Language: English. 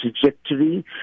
trajectory